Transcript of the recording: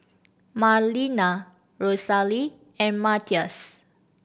Marlena Rosalee and Mathias